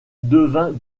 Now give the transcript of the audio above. devint